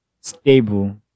stable